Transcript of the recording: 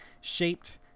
Shaped